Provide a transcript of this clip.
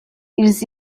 ils